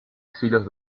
silos